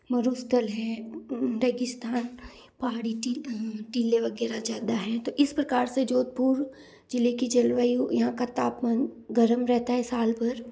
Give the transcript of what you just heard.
मरुस्थल हैं रेगिस्थान पहाड़ी टी टीले वग़ैरह ज़्यादा हैं तो इस प्रकार से जोधपुर ज़िले की जलवायु यहाँ का तापमान गर्म रहता है साल भर